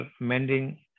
mending